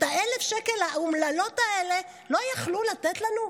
את ה-1,000 שקל האומללים האלה לא יכלו לתת לנו?